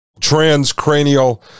transcranial